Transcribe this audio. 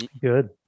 Good